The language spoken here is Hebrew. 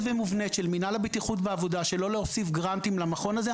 ומובנית של מינהל הבטיחות בעבודה שלא להוסיף גרנטים למכון הזה,